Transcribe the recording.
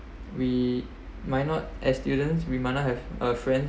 we might not as student we might not have a friend